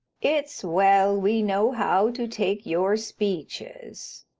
it's well we know how to take your speeches,